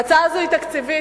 ההצעה הזאת היא תקציבית,